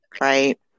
right